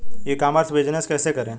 ई commerce business कैसे करें?